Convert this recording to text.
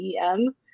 em